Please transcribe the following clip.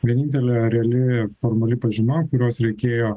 vienintelė reali formali pažyma kurios reikėjo